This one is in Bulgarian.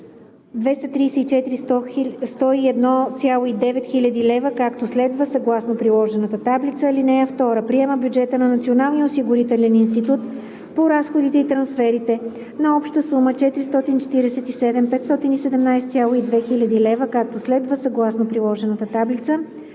234 101,9 хил. лв., както следва: съгласно приложената таблица. (2) Приема бюджета на Националния осигурителен институт по разходите и трансферите на обща сума 447 517,2 хил. лв., както следва: съгласно приложената таблица.